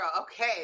Okay